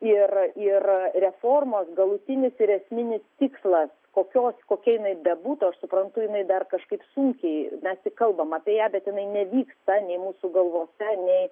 ir ir reformos galutinis ir esminis tikslas kokios kokia jinai bebūtų aš suprantu jinai dar kažkaip sunkiai mes tik kalbam apie ją bet jinai nevyksta nei mūsų galvose nei